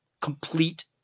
complete